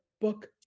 Book